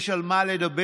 יש על מה לדבר,